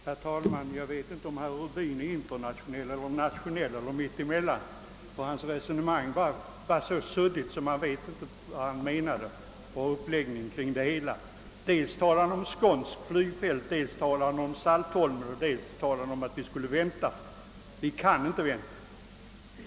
Herr talman! Jag vet inte om herr Rubin är internationell eller nationell eller om han står mitt emellan. Hans resonemang var så suddigt att man inte förstår vad han menade; dels talade han om ett skånskt flygfält, dels talade han om Saltholm, dels sade han att vi skulle vänta. Vi kan inte vänta!